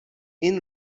این